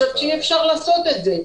אי אפשר לעשות את זה.